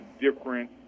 different